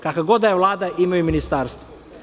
Kakva god da je vlada, imaju ministarstvo.